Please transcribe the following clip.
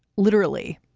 literally.